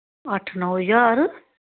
अट्ठ नौ ज्हार